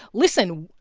listen.